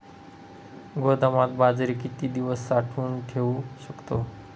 गोदामात बाजरी किती दिवस साठवून ठेवू शकतो?